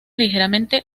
ligeramente